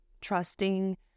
trusting